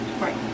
Right